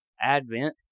advent